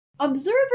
Observer